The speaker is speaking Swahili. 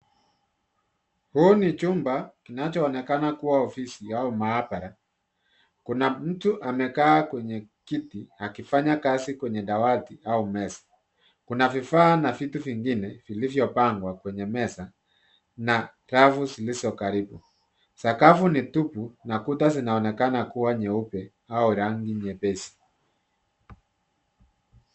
Huu ni chumba kinachoonekana kuwa ofisi au maabara. Kuna mtu amekaa kwenye kiti akifanya kazi kwenye dawati au meza. Kuna vifaa na vitu vingine vilivyopangwa kwenye meza na rafu zilizo karibu. Sakafu ni tupu na kuta zinaonekana kuwa nyeupe au rangi nyepesi.